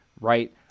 right